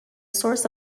source